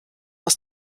aus